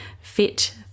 fit